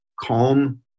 calm